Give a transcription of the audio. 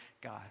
God